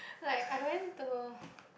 like I went to